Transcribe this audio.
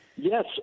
Yes